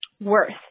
worth